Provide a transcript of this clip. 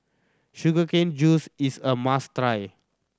sugar cane juice is a must try